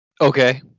Okay